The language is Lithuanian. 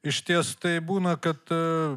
išties tai būna kad